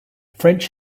french